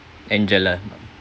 angela